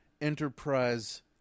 Enterprise